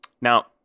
now